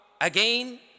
again